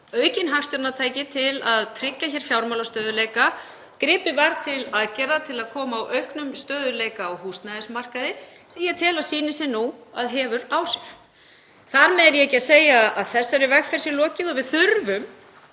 aukin hagstjórnartæki til að tryggja fjármálastöðugleika. Gripið var til aðgerða til að koma á auknum stöðugleika á húsnæðismarkaði sem ég tel að sýni sig nú að hefur áhrif. Þar með er ég ekki að segja að þessari vegferð sé lokið. Við þurfum